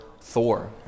Thor